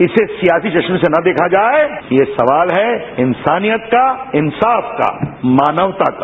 इसे सियासी चश्मे से ना देखा जाए ये सवाल है इंसानियत का इंसाफ का मानवता का